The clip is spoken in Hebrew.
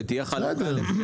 שתהיה חלוקה לפי זמינות.